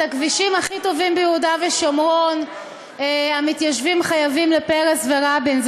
את הכבישים הכי טובים ביהודה ושומרון המתיישבים חייבים לפרס ורבין,